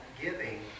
giving